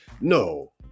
no